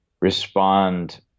respond